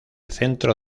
centro